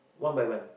one by one